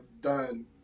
done